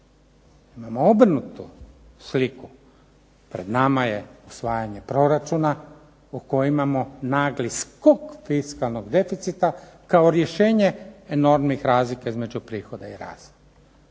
Imamo obrnutu sliku pred nama je usvajanje proračuna u kojem imamo nagli skok fiskalnog deficita kao rješenje enormnih razlika između prihoda i rashoda.